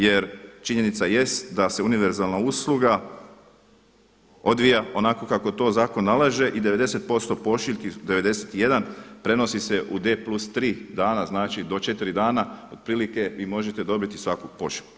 Jer činjenica jest da se univerzalna usluga odvija onako kako to zakon nalaže i 91% pošiljki prenosi se u D+3 dana znači do 4 dana otprilike vi možete dobiti svaku pošiljku.